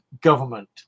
government